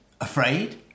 afraid